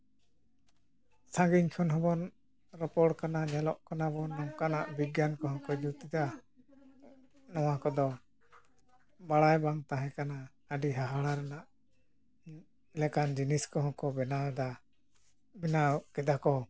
ᱥᱟᱺᱜᱤᱧ ᱠᱷᱚᱱ ᱦᱚᱸᱵᱚᱱ ᱨᱚᱯᱚᱲ ᱠᱟᱱᱟ ᱧᱮᱞᱚᱜ ᱠᱟᱱᱟ ᱵᱚᱱ ᱱᱚᱝᱠᱟᱱᱟᱜ ᱵᱤᱜᱽᱜᱟᱱ ᱠᱚᱦᱚᱸ ᱠᱚ ᱡᱩᱛ ᱫᱟ ᱱᱚᱣᱟ ᱠᱚᱫᱚ ᱵᱟᱲᱟᱭ ᱵᱟᱝ ᱛᱟᱦᱮᱸᱠᱟᱱᱟ ᱟᱹᱰᱤ ᱦᱟᱦᱟᱲᱟᱜ ᱨᱮᱱᱟᱜ ᱞᱮᱠᱟᱱ ᱡᱤᱱᱤᱥ ᱠᱚᱦᱚᱸᱠᱚ ᱵᱮᱱᱟᱣᱫᱟ ᱵᱮᱱᱟᱣ ᱠᱮᱫᱟ ᱠᱚ